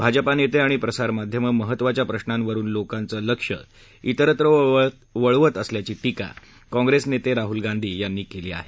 भाजपाचे नेते आणि प्रसारमाध्यमं महत्त्वाच्या प्रश्नांवरुन लोकांचं लक्ष विरत्र वळवत असल्याची टीका काँप्रेस नेते राहुल गांधी यांनी केली आहे